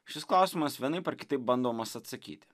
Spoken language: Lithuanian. šis klausimas vienaip ar kitaip bandomas atsakyti